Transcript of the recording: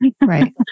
Right